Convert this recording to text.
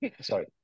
sorry